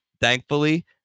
thankfully